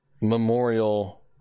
Memorial